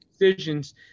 decisions